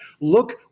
Look